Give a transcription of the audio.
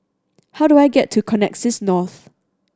how do I get to Connexis North